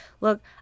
look